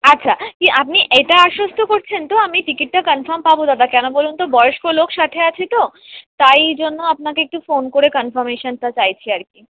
আচ্ছা কি আপনি এটা আশ্বস্ত করছেন তো আমি টিকিটটা কনফার্ম পাব দাদা কেন বলুন তো বয়স্ক লোক সাথে আছে তো তাই জন্য আপনাকে একটু ফোন করে কনফার্মেশানটা চাইছি আর কি